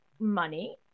money